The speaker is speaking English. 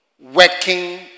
working